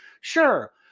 Sure